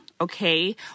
okay